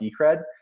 Decred